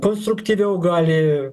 konstruktyviau gali